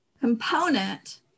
component